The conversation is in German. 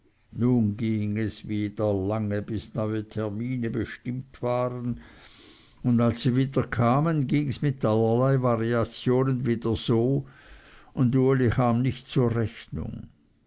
nun ging es wieder lange bis neue termine bestimmt waren und als die wieder kamen gings mit allerlei variationen wieder so und uli kam nicht zur rechnung